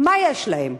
מה יש להם?